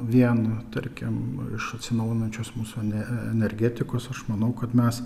viena tarkim iš atsinaujinančios mūsų ne energetikos aš manau kad mes